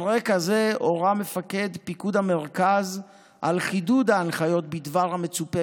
על רקע זה הורה מפקד פיקוד המרכז על חידוד ההנחיות בדבר המצופה